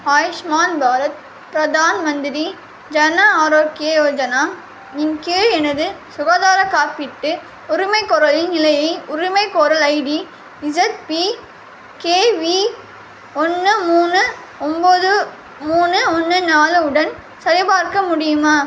ஆயுஷ்மான் பாரத் ப்ரதான் மந்திரி ஜனா ஆரோக்கிய யோஜனா இன் கீழ் எனது சுகாதார காப்பீட்டு உரிமைக்கோரலின் நிலையை உரிமைக்கோரல் ஐடி இஸட்பிகேவி ஒன்று மூணு ஒம்பது மூணு ஒன்று நாலு உடன் சரிபார்க்க முடியுமா